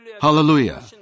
Hallelujah